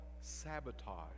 sabotage